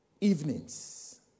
evenings